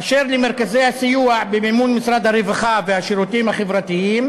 אשר למרכזי הסיוע במימון משרד הרווחה והשירותים החברתיים,